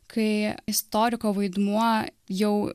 kai istoriko vaidmuo jau